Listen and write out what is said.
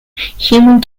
human